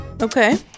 Okay